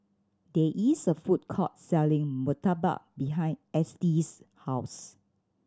there is a food court selling murtabak behind Estie's house